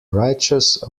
righteous